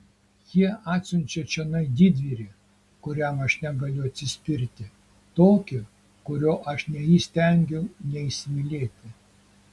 jie atsiunčia čionai didvyrį kuriam aš negaliu atsispirti tokį kurio aš neįstengiu neįsimylėti